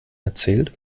erzählt